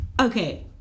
Okay